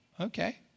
Okay